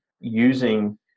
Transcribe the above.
using